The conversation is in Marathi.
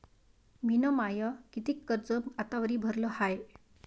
मिन माय कितीक कर्ज आतावरी भरलं हाय?